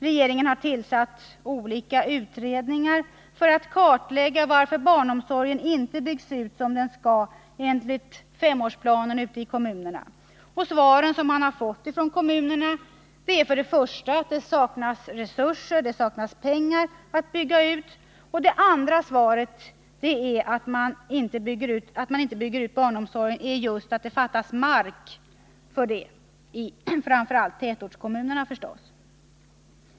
Regeringen har tillsatt olika utredningar för att kartlägga varför barnomsorgen inte byggs ut i kommunerna som den skall enligt femårsplanen. Svaren man fått från kommunerna är för det första att det saknas resurser att bygga ut — det fattas pengar — och för det andra att det fattas mark, framför allt i tätortskommunerna förstås.